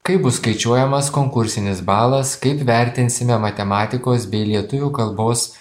kaip bus skaičiuojamas konkursinis balas kaip vertinsime matematikos bei lietuvių kalbos